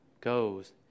goes